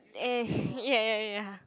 eh ya ya ya ya